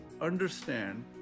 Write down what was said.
understand